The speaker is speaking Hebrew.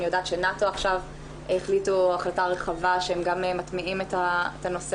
אני יודעת שנאט"ו עכשיו החליטו החלטה רחבה שהם גם מטמיעים את הנושא